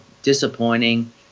disappointing